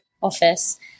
office